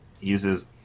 uses